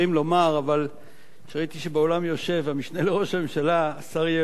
אבל כשראיתי שבאולם יושב המשנה לראש הממשלה השר יעלון,